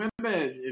remember